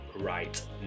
right